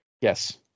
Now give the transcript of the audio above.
yes